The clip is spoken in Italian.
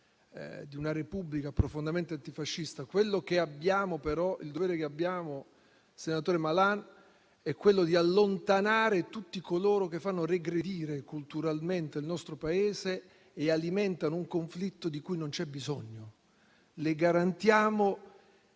una Repubblica profondamente antifascista, il dovere che abbiamo - senatore Malan - è allontanare tutti coloro che fanno regredire culturalmente il nostro Paese e alimentano un conflitto di cui non c'è bisogno. Le garantiamo